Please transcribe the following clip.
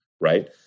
right